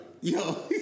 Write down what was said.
Yo